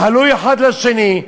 מחלו האחד לשני,